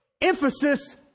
Emphasis